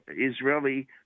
Israeli